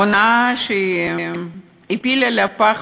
הונאה שהפילה בפח